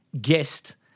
guest